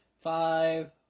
five